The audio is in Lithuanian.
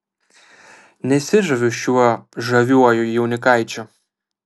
nesižaviu šiuo žaviuoju jaunikaičiu